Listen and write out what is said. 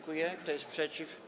Kto jest przeciw?